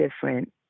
different